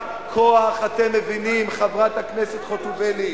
רק כוח אתם מבינים, חברת הכנסת חוטובלי.